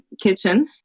kitchen